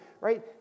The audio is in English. right